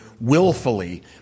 willfully